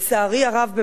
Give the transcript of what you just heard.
לצערי הרב,